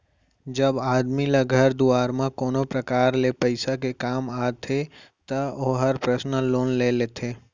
जब आदमी ल घर दुवार म कोनो परकार ले पइसा के काम आथे त ओहर पर्सनल लोन ले लेथे